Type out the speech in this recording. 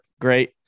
great